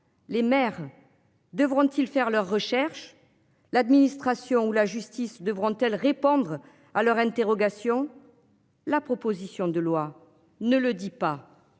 Les maires devront-ils faire leurs recherches. L'administration ou la justice devront-t-elle répondre à leurs interrogations. La proposition de loi ne le dis pas.